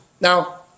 Now